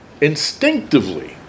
instinctively